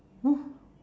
oh